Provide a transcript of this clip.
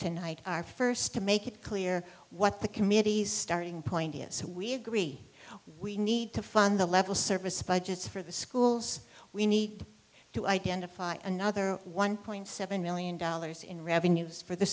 tonight are first to make it clear what the committee's starting point is so we agree we need to fund the level service budgets for the schools we need to identify another one point seven million dollars in revenues for the